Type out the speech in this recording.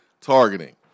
targeting